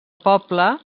poble